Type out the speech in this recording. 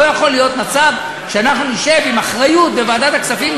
לא יכול להיות מצב שאנחנו נשב עם אחריות בוועדת הכספים,